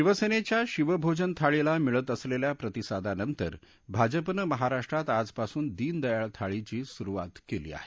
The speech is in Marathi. शिवसेनेच्या शिवभोजन थाळीला मिळत असलेल्या प्रतिसादानंतर भाजपानं महाराष्ट्रात आजपासून दिनदयाळ थाळीची सुरुवात केली आहे